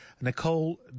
Nicole